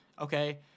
okay